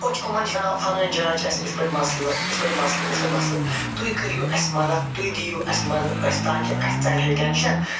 أسۍ چھِ یِمن نِش وَنان پھلٲنۍ جاے چھِ اَسہِ یِتھ پٲٹھۍ مسلہٕ یِتھ پٲٹھۍ مسلہٕ یِتھ پٲٹھۍ مسلہٕ تُہۍ کٔرِو اَسہِ مَدتھ تُہۍ دِیِو اَسہِ مدد أسۍ تاکہِ اَسہِ ژَلِہا یہِ ٹٮ۪نشن